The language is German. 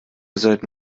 sollten